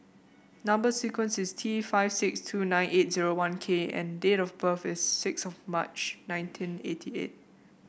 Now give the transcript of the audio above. number sequence is T five six two nine eight zero one K and date of birth is six March nineteen eighty eight